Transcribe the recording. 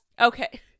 Okay